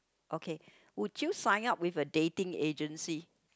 okay would you sign up with a dating agency